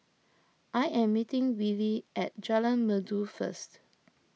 I am meeting Wiley at Jalan Merdu first